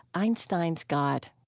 einstein's god.